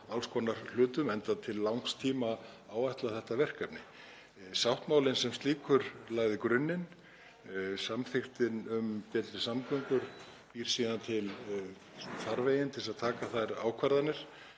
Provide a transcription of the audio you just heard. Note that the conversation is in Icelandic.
alls konar hlutum enda til langs tíma áætlað þetta verkefni. Sáttmálinn sem slíkur lagði grunninn, samþykktin um betri samgöngur býr síðan til farveginn til að taka þær ákvarðanir.